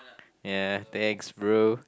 ya thanks bro